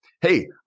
hey